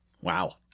wow